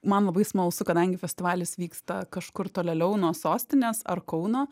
man labai smalsu kadangi festivalis vyksta kažkur tolėliau nuo sostinės ar kauno